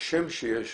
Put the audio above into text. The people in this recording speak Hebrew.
אמיתי,